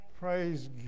Praise